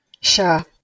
Sure